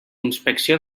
inspecció